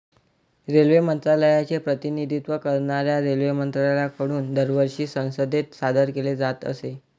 railway मंत्रालयाचे प्रतिनिधित्व करणाऱ्या रेल्वेमंत्र्यांकडून दरवर्षी संसदेत सादर केले जात असे